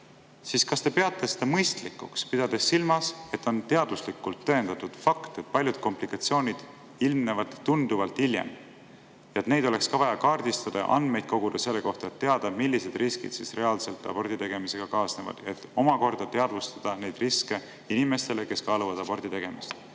siis kas te peate seda mõistlikuks, pidades silmas, et on teaduslikult tõendatud fakt, et paljud komplikatsioonid ilmnevad tunduvalt hiljem? Kas neid oleks ka vaja kaardistada, koguda andmeid nende kohta, et teada, millised riskid siis reaalselt abordi tegemisega kaasnevad? Nii saaks teadvustada neid riske inimestele, kes kaaluvad abordi tegemist.